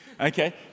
Okay